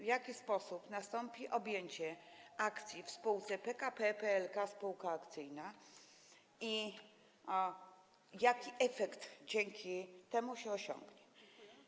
W jaki sposób nastąpi objęcie akcji w spółce PKP PLK Spółka Akcyjna i jaki efekt dzięki temu zostanie osiągnięty?